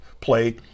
play